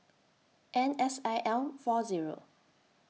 N S I L four Zero